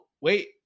wait